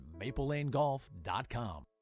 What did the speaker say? MapleLaneGolf.com